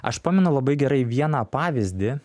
aš pamenu labai gerai vieną pavyzdį